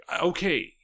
okay